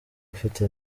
ufite